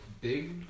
big